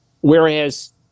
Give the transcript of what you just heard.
Whereas